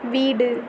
வீடு